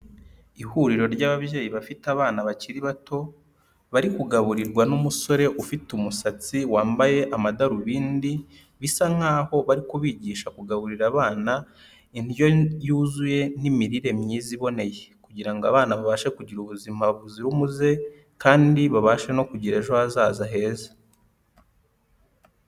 Ihuriro ry'ababyeyi bafite abana bakiri bato, bari kugaburirwa n'umusore ufite umusatsi, wambaye amadarubindi, bisa nkaho bari kubigisha kugaburira abana indyo yuzuye n'imirire myiza iboneye kugira ngo abana babashe kugira ubuzima buzira umuze kandi babashe no kugira ejo hazaza heza.